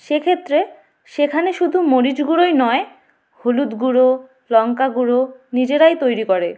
সেক্ষেত্রে সেখানে শুধু মরিচ গুঁড়োই নয় হলুদ গুঁড়ো লঙ্কা গুঁড়ো নিজেরাই তৈরি করে